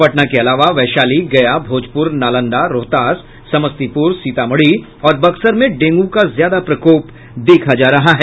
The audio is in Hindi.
पटना के अलावा वैशाली गया भोजपुर नालंदा रोहतास समस्तीपुर सीतामढ़ी और बक्सर में डेंगू का ज्यादा प्रकोप देखा जा रहा है